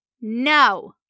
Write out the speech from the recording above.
No